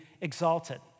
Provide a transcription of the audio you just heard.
exalted